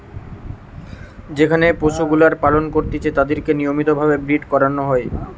যেখানে পশুগুলার পালন করতিছে তাদিরকে নিয়মিত ভাবে ব্রীড করানো হয়